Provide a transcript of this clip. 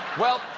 well,